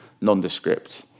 nondescript